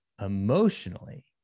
emotionally